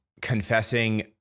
confessing